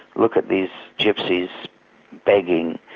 look at these gypsies begging,